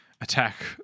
attack